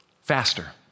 faster